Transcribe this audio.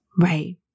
right